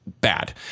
bad